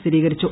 സ്ഥിരീകരിച്ചു